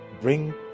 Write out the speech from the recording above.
bring